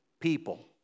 people